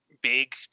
big